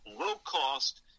low-cost